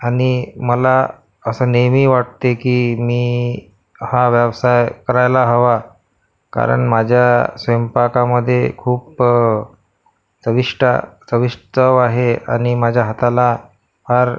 आणि मला असं नेहमी वाटते की मी हा व्यवसाय करायला हवा कारण माझ्या स्वयंपाकामध्ये खूप चविष्ट चविष् चव आहे आणि माझ्या हाताला फार